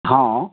हँ